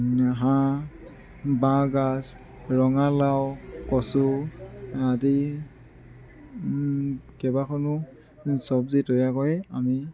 হাঁহ বাঁহগাজ ৰঙালাও কচু আদি কেবাখনো চব্জি তৈয়াৰ কৰি আমি